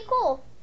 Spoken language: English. cool